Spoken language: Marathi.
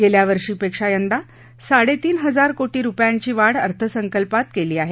गेल्या वर्षीपेक्षा यंदा साडेतीन हजार कोटी रुपयांची वाढ अर्थसंकल्पात केली आहे